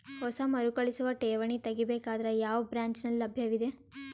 ಹೊಸ ಮರುಕಳಿಸುವ ಠೇವಣಿ ತೇಗಿ ಬೇಕಾದರ ಯಾವ ಬ್ರಾಂಚ್ ನಲ್ಲಿ ಲಭ್ಯವಿದೆ?